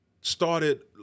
started